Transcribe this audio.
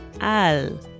al